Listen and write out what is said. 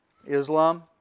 Islam